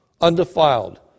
undefiled